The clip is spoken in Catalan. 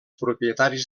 propietaris